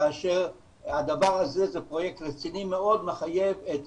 כאשר הדבר הזה הוא פרויקט רציני מאוד ומחייב את